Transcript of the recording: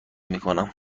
میکنم